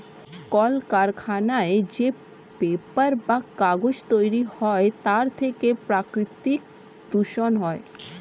কলকারখানায় যে পেপার বা কাগজ তৈরি হয় তার থেকে প্রাকৃতিক দূষণ হয়